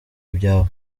ibyabo